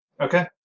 Okay